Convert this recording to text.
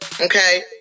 okay